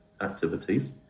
activities